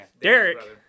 Derek